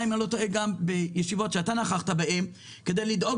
אם אני לא טועה זה עלה גם בישיבות שאתה נכחת בהן כדי לדאוג